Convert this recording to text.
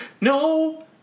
no